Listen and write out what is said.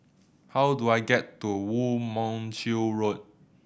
how do I get to Woo Mon Chew Road